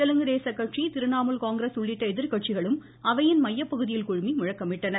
தெலுங்கு தேச கட்சி திரிணாமுல் காங்கிரஸ் உள்ளிட்ட எதிர்கட்சிகளும் அவையின் மையப்பகுதியில் குழுமி முழக்கமிட்டனர்